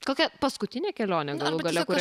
kokia paskutinė kelionė galų gale kur